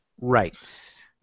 Right